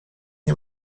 nie